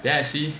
then I see